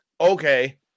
Okay